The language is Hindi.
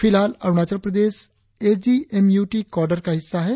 फिलहाल अरुणाचल प्रदेश एजीएमयूटी काँडर का हिस्सा है